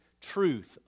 truth